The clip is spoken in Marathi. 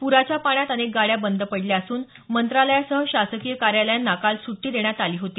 प्राच्या पाण्यात अनेक गाड्या बंद पडल्या असून मंत्रालयासह शासकीय कार्यालयांना काल सुट्टी देण्यात आली होती